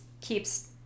keeps